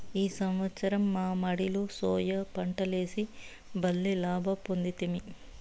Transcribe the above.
ఈ సంవత్సరం మా మడిలో సోయా పంటలేసి బల్లే లాభ పొందితిమి